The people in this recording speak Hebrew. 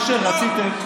מה שרציתם,